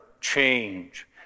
change